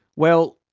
well,